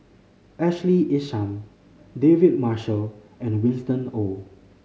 Ashley Isham David Marshall and Winston Oh